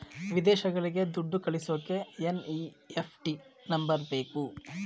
ವಿದೇಶಗಳಿಗೆ ದುಡ್ಡು ಕಳಿಸೋಕೆ ಎನ್.ಇ.ಎಫ್.ಟಿ ನಂಬರ್ ಬೇಕು